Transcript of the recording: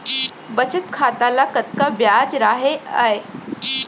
बचत खाता ल कतका ब्याज राहय आय?